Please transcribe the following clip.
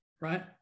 right